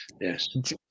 Yes